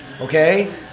Okay